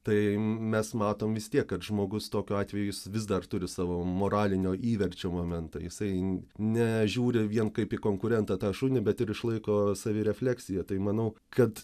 tai mes matom vis tiek kad žmogus tokiu atveju jis vis dar turi savo moralinio įverčio momentą jisai nežiūri vien kaip į konkurentą tą šunį bet ir išlaiko savirefleksiją tai manau kad